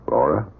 Laura